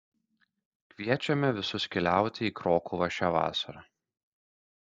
kviečiame visus keliauti į krokuvą šią vasarą